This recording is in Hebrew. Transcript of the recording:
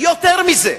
ויותר מזה,